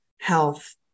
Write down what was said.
health